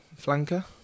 Flanker